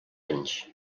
anys